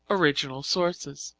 original sources.